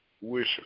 wish